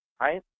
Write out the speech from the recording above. right